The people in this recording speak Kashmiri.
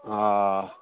آ